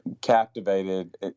Captivated